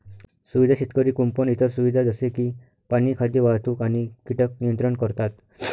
सुविधा शेतकरी कुंपण इतर सुविधा जसे की पाणी, खाद्य, वाहतूक आणि कीटक नियंत्रण करतात